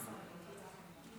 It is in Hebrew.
קם בבוקר בשביל לעזור